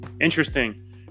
interesting